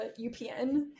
UPN